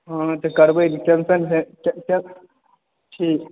हॅं तऽ करबै टेंशन ठीक